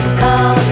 call